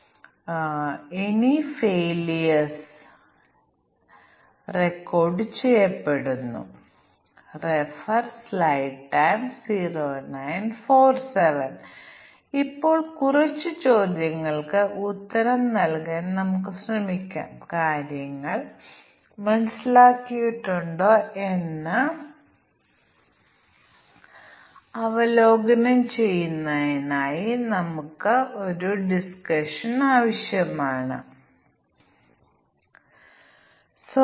എന്തുകൊണ്ടാണ് അങ്ങനെ സംഭവിക്കുന്നതെന്ന് നിങ്ങൾക്ക് അവബോധപൂർവ്വം മനസ്സിലാക്കണമെങ്കിൽ പ്രോഗ്രാം കോഡ് നോക്കിയാൽ സാധ്യമായ എല്ലാ കോമ്പിനേഷനുകളും പരിഗണിക്കുകയാണെങ്കിൽ ഇവയിൽ ഓരോന്നിനും കേസുകൾ ഉണ്ടെങ്കിൽ ഞങ്ങൾക്ക് കുറച്ച് കോമ്പിനേഷനുകൾ മാത്രം പരിഗണിക്കുന്ന പ്രസ്താവനകൾ ഉണ്ടെങ്കിൽ മാത്രം വ്യവസ്ഥകളുടെ